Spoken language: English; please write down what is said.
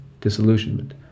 disillusionment